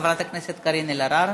חברת הכנסת קארין אלהרר.